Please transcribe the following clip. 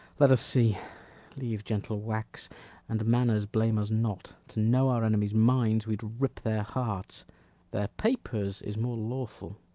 let us see leave, gentle wax and, manners, blame us not to know our enemies' minds, we'd rip their hearts their papers is more lawful.